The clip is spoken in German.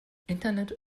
internet